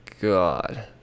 god